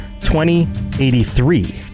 2083